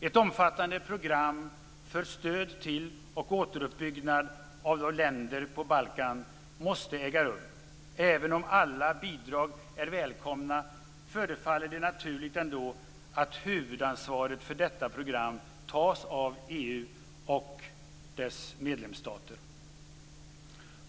Ett omfattande program för stöd till och återuppbyggnad av länderna på Balkan måste äga rum. Även om alla bidrag är välkomna förefaller det ändå naturligt att huvudansvaret för detta program tas av EU och dess medlemsstater.